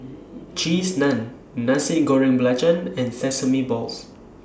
Cheese Naan Nasi Goreng Belacan and Sesame Balls